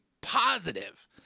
positive